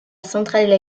centrale